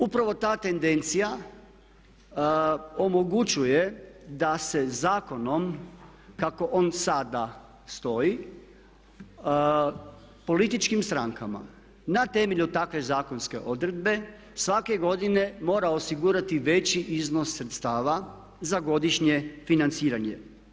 Upravo ta tendencija omogućuje da se zakonom kako on sada stoji političkim strankama na temelju takve zakonske odredbe svake godine mora osigurati veći iznos sredstava za godišnje financiranje.